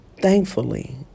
thankfully